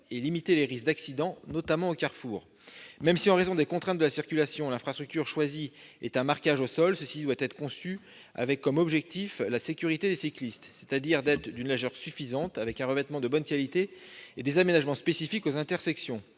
limiter les risques d'accident, notamment aux carrefours. Même si, en raison des contraintes de la circulation, l'infrastructure choisie est un marquage au sol, celui-ci doit être conçu avec l'objectif d'assurer la sécurité des cyclistes ; il faut ainsi qu'il soit d'une largeur suffisante, avec un revêtement de bonne qualité et des aménagements spécifiques aux intersections.